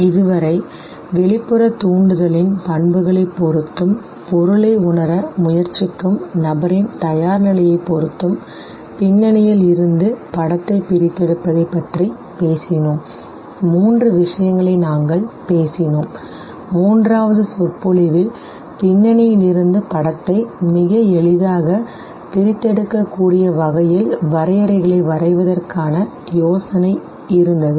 இது வரை வெளிப்புற தூண்டுதலின் பண்புகளைப் பொறுத்தும் பொருளை உணர முயற்சிக்கும் நபரின் தயார்நிலையைப் பொறுத்தும் பின்னணியில் இருந்து படத்தை பிரித்தெடுப்பதை பற்றி பேசினோம் மூன்று விஷயங்களை நாங்கள் பேசினோம் மூன்றாவது சொற்பொழிவில் பின்னணியிலிருந்து படத்தை மிக எளிதாக பிரித்தெடுக்கக்கூடிய வகையில் வரையறைகளை வரைவதற்கான யோசனை இருந்தது